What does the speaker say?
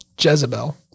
Jezebel